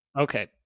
Okay